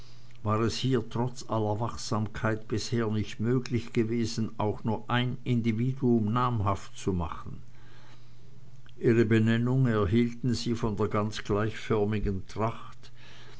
war es hier trotz aller wachsamkeit bisher nicht möglich gewesen auch nur ein individuum namhaft zu machen ihre benennung erhielten sie von der ganz gleichförmigen tracht